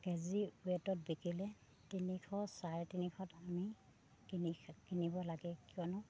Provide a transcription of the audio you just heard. KG ৱেটত বিকিলে তিনিশ চাৰে তিনিশত আমি কিনি কিনিব লাগে কিয়নো